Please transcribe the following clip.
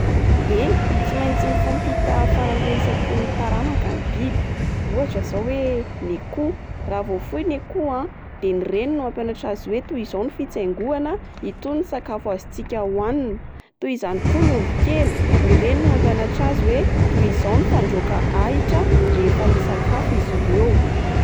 Eny tsy maintsy mifampita fahalalana isaky ny taranaka ny biby, ohatra zao oe ny akoho raha vao fohy ny akoho a de ny reniny no mampianatra azy hoe toy izao ny fitsaingohana itony ny sakafo azontsika hoanina. Toy izany koa ny omby kely, ny reniny no mampianatra azy oe toy izao ny fandrôka ahitra rehefa isakafo izy ireo.